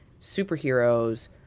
superheroes